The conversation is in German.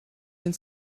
den